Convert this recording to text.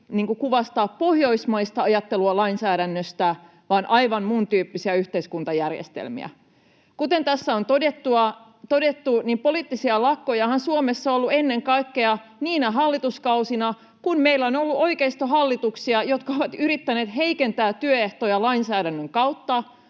kuvasta pohjoismaista ajattelua lainsäädännöstä, vaan aivan muun tyyppisiä yhteiskuntajärjestelmiä. Kuten tässä on todettu, poliittisia lakkojahan Suomessa on ollut ennen kaikkea niinä hallituskausina, kun meillä on ollut oikeistohallituksia, jotka ovat yrittäneet heikentää työehtoja lainsäädännön kautta